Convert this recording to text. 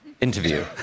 interview